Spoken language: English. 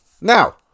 Now